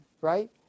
right